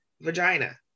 vagina